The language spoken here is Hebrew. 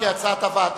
כהצעת הוועדה.